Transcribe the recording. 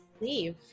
leave